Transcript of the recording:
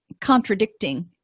contradicting